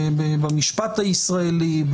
במשפט הישראלי,